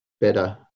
better